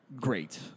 Great